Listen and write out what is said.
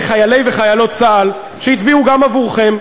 מחיילי וחיילות צה"ל, שהצביעו גם עבורכם,